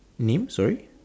names sorry